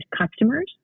customers